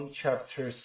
chapter